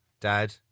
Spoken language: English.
Dad